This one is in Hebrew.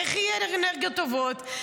איך יהיו אנרגיות טובות?